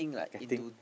getting